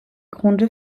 gründe